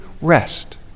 rest